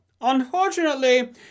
Unfortunately